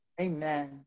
Amen